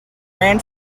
ran